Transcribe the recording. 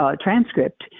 transcript